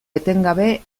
etengabe